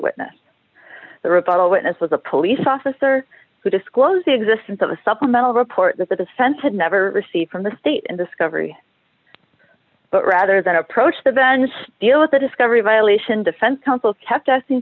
result witness was a police officer who disclosed the existence of a supplemental report that the defense had never received from the state and discovery but rather than approach the bench deal with the discovery violation defense counsel kept asking